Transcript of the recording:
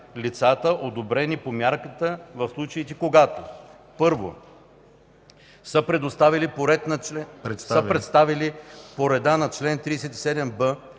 лицата, одобрени по мярката, в случаите когато: 1. са представили по реда на чл. 37б